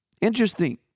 Interesting